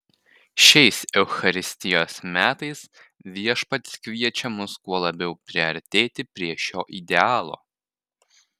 šiais eucharistijos metais viešpats kviečia mus kuo labiau priartėti prie šio idealo